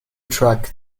track